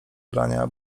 grania